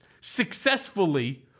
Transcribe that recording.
successfully